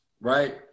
right